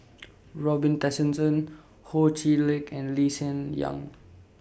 Robin Tessensohn Ho Chee Lick and Lee Hsien Yang